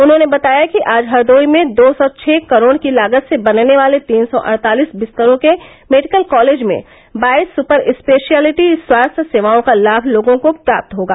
उन्होंने बताया कि आज हरदोई में दो सौ छ करोड़ की लागत से बनने वाले तीन सौ अड़तालिस विस्तरों के मेडिकल कॉलेज में बाईस सुपर स्पेशयलटी स्वास्थ्य सेवाओं का लाभ लोगों को प्राप्त होगा